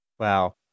wow